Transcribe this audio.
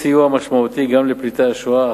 סיוע משמעותי גם לפליטי השואה,